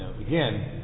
again